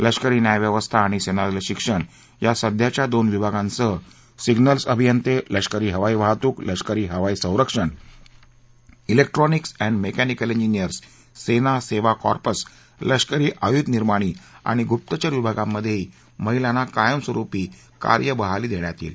लष्करी न्यायव्यवस्था आणि सेनादल शिक्षण या सध्याच्या दोन विभागांसह सिग्नल्स अभियंते लष्करी हवाई वाहतूक लष्करी हवाई संरक्षण जेक्ट्रॉनिक्स अँड मेकॅनिकल जिनियर्स सेना सेवा कॉर्पस लष्करी आयुधनिर्माणि आणि गुप्तचर विभागांमधेही महिलांना कायमस्वरुपी कार्यबहाली देण्यात येईल